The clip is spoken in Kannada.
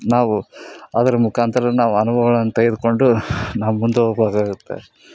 ನಾವು ಅದ್ರ ಮುಖಾಂತರ ನಾವು ಅನುಭವಗಳನ್ನ ತೆಗೆದ್ಕೊಂಡು ನಾವು ಮುಂದೆ ಹೋಗ್ಬೇಕಾಗತ್ತೆ